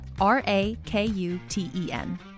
R-A-K-U-T-E-N